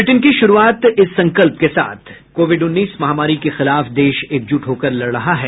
bulletin की शुरूआत से पहले ये संकल्प कोविड उन्नीस महामारी के खिलाफ देश एकजुट होकर लड़ रहा है